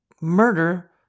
murder